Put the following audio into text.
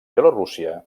bielorússia